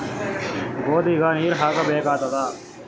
ಗೋಧಿಗ ನೀರ್ ಬೇಕಾಗತದ?